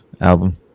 album